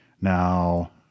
Now